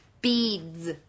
Beads